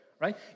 right